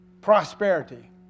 prosperity